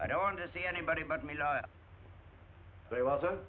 i don't want to see anybody but me they also